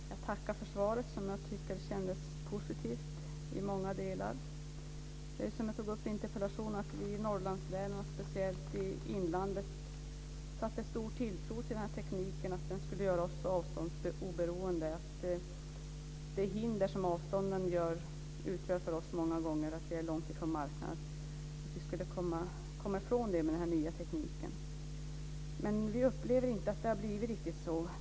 Fru talman! Jag tackar för svaret, som jag tycker kändes positivt i många delar. Som jag tog upp i interpellationen satte vi i Norrlandslänen, speciellt i inlandet, stor tilltro till att den här tekniken skulle göra oss avståndsoberoende. Vi trodde att vi skulle komma ifrån de hinder som avstånden många gånger utgör för oss, att vi är långt från marknaden, med den här nya tekniken. Men vi upplever inte att det har blivit riktigt så.